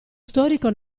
storico